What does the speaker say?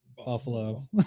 Buffalo